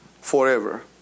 forever